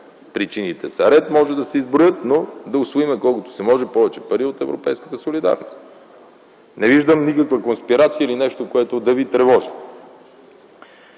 Причините са ред, може да се изброят, но да усвоим колкото се може повече пари от европейската солидарност. Не виждам никаква конспирация или нещо, което да ви тревожи.